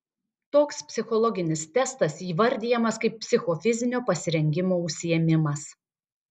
toks psichologinis testas įvardijamas kaip psichofizinio pasirengimo užsiėmimas